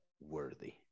worthy